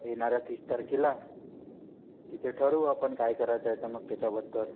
येणाऱ्या तीस तारखेला तिथे ठरवू आपण काय करायचं आहे तर मग त्याच्याबद्दल